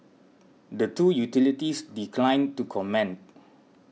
the two utilities declined to comment